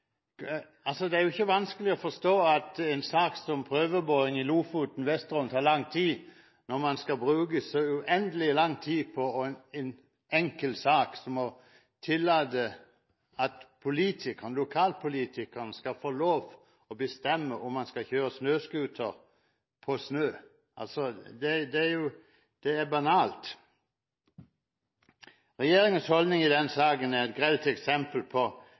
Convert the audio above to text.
Det er ikke vanskelig å forstå at en sak om prøveboring i Lofoten/Vesterålen tar lang tid når man skal bruke så uendelig lang tid på en enkel sak som å tillate at lokalpolitikerne skal få lov til å bestemme om man skal kjøre snøscooter på snø. Det er banalt. Regjeringens holdning i denne saken er et grelt eksempel på